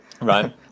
Right